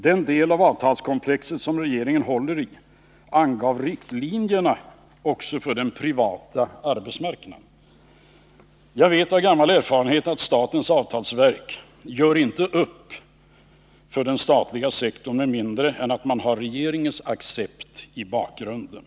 Den del av avtalskomplexet som regeringen håller i angav riktlinjerna också för den privata arbetsmarknaden. Jag vet av erfarenhet att statens avtalsverk inte gör upp för den statliga sektorn med mindre än att man har regeringens accept i bakgrunden.